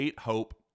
Hope